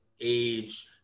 age